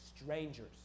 strangers